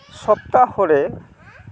ᱥᱚᱯᱛᱟᱦᱚ ᱨᱮ